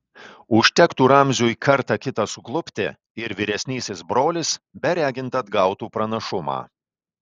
užtektų ramziui kartą kitą suklupti ir vyresnysis brolis beregint atgautų pranašumą